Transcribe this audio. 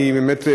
באמת,